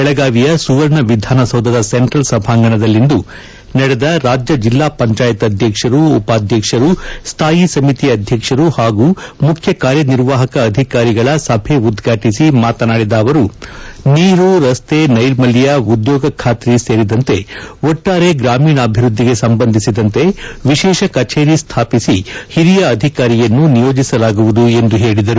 ಬೆಳಗಾವಿಯ ಸುವರ್ಣ ವಿಧಾನಸೌಧದ ಸೆಂಟ್ರಲ್ ಸಭಾಂಗಣದಲ್ಲಿಂದು ನಡೆದ ರಾಜ್ಯದ ಜಿಲ್ಲಾ ಪಂಚಾಯತ್ ಅಧ್ಯಕ್ಷರು ಉಪಾಧ್ಯಕ್ಷರು ಸ್ಥಾಯಿ ಸಮಿತಿ ಅಧ್ಯಕ್ಷರು ಹಾಗೂ ಮುಖ್ಯ ಕಾರ್ಯನಿರ್ವಾಹಕ ಅಧಿಕಾರಿಗಳ ಸಭೆ ಉದ್ಘಾಟಿಸಿ ಮಾತನಾಡಿದ ಅವರು ನೀರು ರಸ್ತೆ ನೈರ್ಮಲ್ಯ ಉದ್ಘೋಗ ಖಾತ್ರಿ ಸೇರಿದಂತೆ ಒಟ್ಟಾರೆ ಗ್ರಾಮೀಣಾಭಿವೃದ್ದಿಗೆ ಸಂಬಂಧಿಸಿದಂತೆ ವಿಶೇಷ ಕಚೇರಿ ಸ್ವಾಪಿಸಿ ಹಿರಿಯ ಅಧಿಕಾರಿಯನ್ನು ನಿಯೋಜಿಸಲಾಗುವುದು ಎಂದು ಹೇಳಿದರು